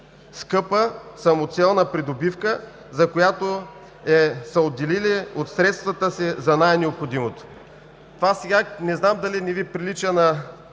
скъпа, самоцелна придобивка, за която са отделили от средствата си за най-необходимото. Не знам дали това не Ви прилича силно